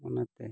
ᱚᱱᱟᱛᱮ